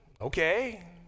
Okay